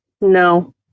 No